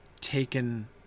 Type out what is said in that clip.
taken